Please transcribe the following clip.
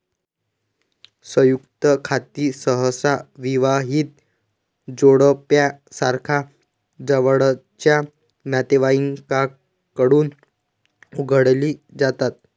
संयुक्त खाती सहसा विवाहित जोडप्यासारख्या जवळच्या नातेवाईकांकडून उघडली जातात